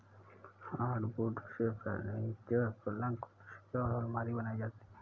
hardwood से furniture, पलंग कुर्सी और आलमारी बनाई जाती है